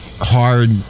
hard